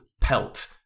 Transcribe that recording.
pelt